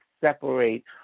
separate